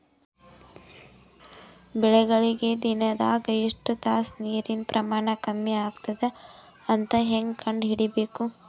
ಬೆಳಿಗಳಿಗೆ ದಿನದಾಗ ಎಷ್ಟು ತಾಸ ನೀರಿನ ಪ್ರಮಾಣ ಕಮ್ಮಿ ಆಗತದ ಅಂತ ಹೇಂಗ ಕಂಡ ಹಿಡಿಯಬೇಕು?